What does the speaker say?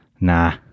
Nah